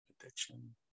addiction